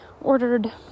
ordered